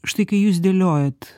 štai kai jūs dėliojat